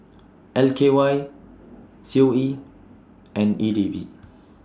L K Y C O E and E D B